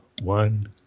one